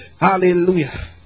Hallelujah